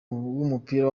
w’umupira